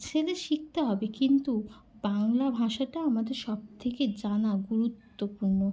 সেটা শিখতে হবে কিন্তু বাংলা ভাষাটা আমাদের সব থেকে জানা গুরুত্বপূর্ণ